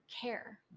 care